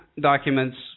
documents